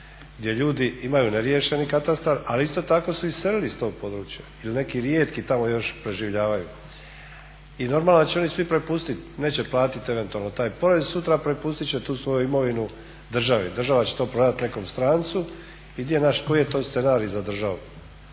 gdje ljudi imaju neriješeni katastar, a isto tako su iselili iz tog područja i neki rijetki tamo još preživljavaju. I normalno da će oni svi prepustiti, neće platiti eventualno taj porez sutra prepustit će tu svoju imovinu državi. Država će to prodati nekom strancu i gdje je naš, koji je to scenarij za državu.